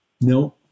No